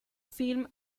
film